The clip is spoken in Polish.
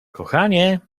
kochanie